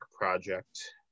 project